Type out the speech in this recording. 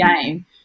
game